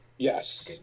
Yes